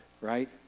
right